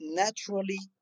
naturally